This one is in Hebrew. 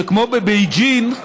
שכמו בבייג'ין,